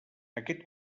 aquest